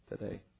today